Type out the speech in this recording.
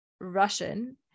russian